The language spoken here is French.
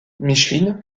micheline